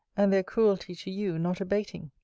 and their cruelty to you not abating.